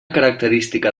característica